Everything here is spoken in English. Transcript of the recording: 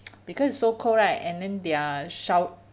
because it's so cold right and then their sh~